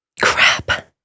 Crap